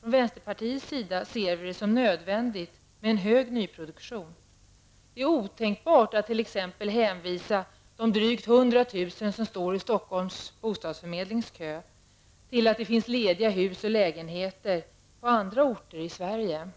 Från vänsterpartiet ser vi en hög nyproduktion som något nödvändigt. Det är otänkbart att för de drygt 100 000 personer som står i Stockholms bostadsförmedlings kö hänvisa till att det finns lediga hus och lägenheter på andra orter i Sverige.